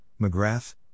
McGrath